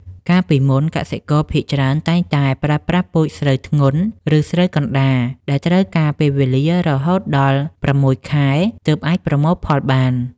កាលពីមុន កសិករភាគច្រើនតែងតែប្រើប្រាស់ពូជស្រូវធ្ងន់ ឬស្រូវកណ្ដាលដែលត្រូវការពេលវេលារហូតដល់ ៦ ខែទើបអាចប្រមូលផលបាន។